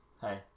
hey